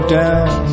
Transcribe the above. down